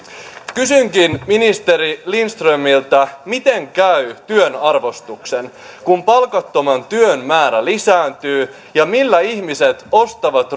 kysynkin ministeri lindströmiltä miten käy työn arvostuksen kun palkattoman työn määrä lisääntyy ja millä ihmiset ostavat